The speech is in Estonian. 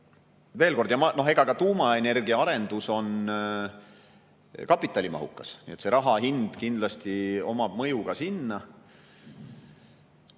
Veel kord: ka tuumaenergia arendus on kapitalimahukas, raha hind kindlasti omab mõju ka seal.